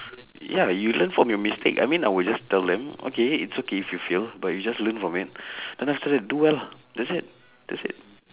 ya you learn from your mistake I mean I would just tell them okay it's okay if you fail but you just learn from it then after that do well lah that's it that's it